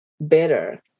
better